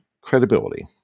credibility